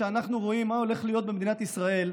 כשאנחנו רואים מה הולך להיות במדינת ישראל,